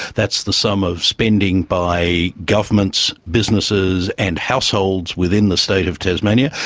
that's the sum of spending by governments, businesses and households within the state of tasmania.